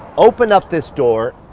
open up this door,